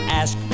ask